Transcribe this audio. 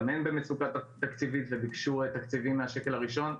גם הם במצוקה תקציבית וביקשו תקציבים מהשקל הראשון.